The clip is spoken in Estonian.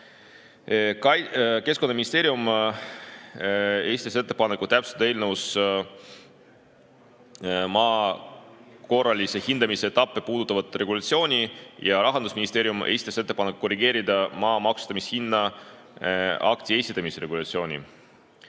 Keskkonnaministeerium esitas ettepaneku täpsustada eelnõus maa korralise hindamise etappe puudutavat regulatsiooni ja Rahandusministeerium tegi ettepaneku korrigeerida maa maksustamishinna akti esitamise regulatsiooni.